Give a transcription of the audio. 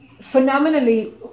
phenomenally